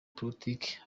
politiki